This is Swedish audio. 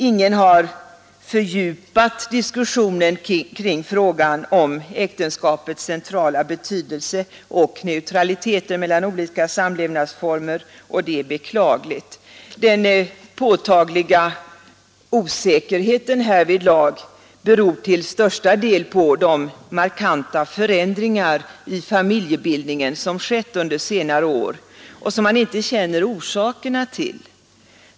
Ingen har fördjupat diskussionen kring frågan om äktenskapets centrala betydelse och neutraliteten mellan olika samlevnadsformer, och det är beklagligt. Den påtagliga osäkerheten härvidlag beror till största delen på de markanta förändringar i familjebildningen som skett under senare år och som man inte känner orsakerna till.